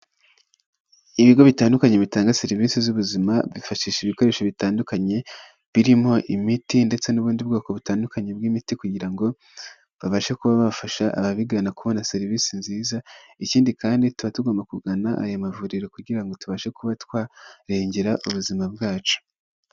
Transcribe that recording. Ibigo bitandukanye bitanga serivisi z'ubuzima. Bifashisha ibikoresho bitandukanye birimo imiti ndetse n'ubundi bwoko butandukanye bw'imiti kugira ngo babashe kuba bafasha ababigana kubona serivisi nziza. Ikindi kandi tuba tugomba kugana aya mavuriro kugira ngo tubashe kuba twarengera ubuzima bwacu.